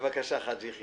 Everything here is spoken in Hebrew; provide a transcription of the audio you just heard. בבקשה, חאג' יחיא.